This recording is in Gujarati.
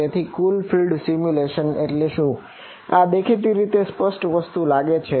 તેથી કુલ ફિલ્ડ ફોર્મ્યુલેશન કહેવાય છે